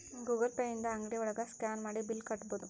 Google Pay ಇಂದ ಅಂಗ್ಡಿ ಒಳಗ ಸ್ಕ್ಯಾನ್ ಮಾಡಿ ಬಿಲ್ ಕಟ್ಬೋದು